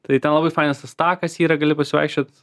tai ten labai fainas tas takas yra gali pasivaikščiot